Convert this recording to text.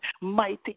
mighty